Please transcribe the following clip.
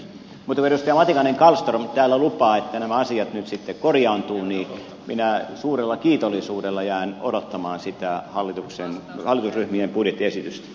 mutta kun edustaja matikainen kallström täällä lupaa että nämä asiat nyt sitten korjaantuvat niin minä suurella kiitollisuudella jään odottamaan sitä hallituksen allergiaburgesin